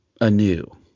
anew